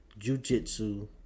jujitsu